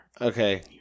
Okay